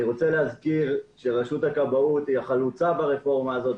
אני רוצה להזכיר שרשות הכבאות היא החלוצה ברפורמה הזאת.